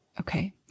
Okay